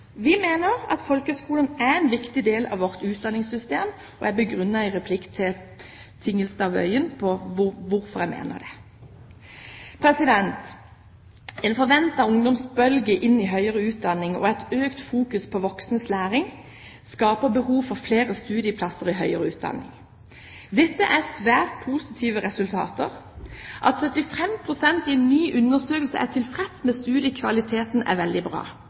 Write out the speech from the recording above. Vi mener at folkehøgskolene er en viktig del av vårt utdanningssystem, og jeg begrunnet i en replikk til Tingelstad Wøien hvorfor jeg mener det. En forventet ungdomsbølge inn i høyere utdanning og et økt fokus på voksnes læring skaper behov for flere studieplasser i høyere utdanning. Dette er svært positive resultater. At 75 pst. i en ny undersøkelse er tilfreds med studiekvaliteten, er veldig bra.